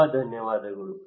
ತುಂಬ ಧನ್ಯವಾದಗಳು